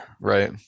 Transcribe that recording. Right